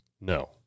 No